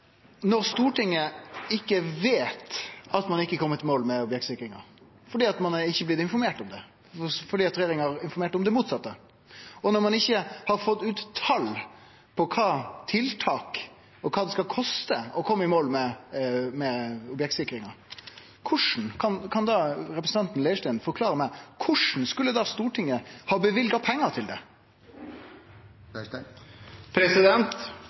Når Stortinget ikkje veit at ein ikkje har kome i mål med objektsikringa fordi ein ikkje har blitt informert om det, fordi regjeringa har informert om det motsette, og når ein ikkje har fått ut tal på kva for tiltak og kva det skal koste å kome i mål med objektsikringa, kan representanten Leirstein forklare for meg korleis Stortinget skulle ha løyvd pengar til det?